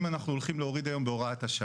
אנחנו הולכים להוריד היום בהוראת השעה.